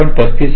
35 आहे